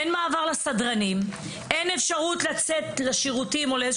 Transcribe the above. אין מעבר לסדרנים, אין אפשרות לצאת לשירותים.